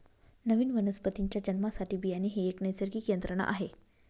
नवीन वनस्पतीच्या जन्मासाठी बियाणे ही एक नैसर्गिक यंत्रणा आहे